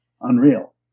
unreal